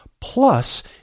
Plus